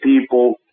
people